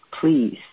please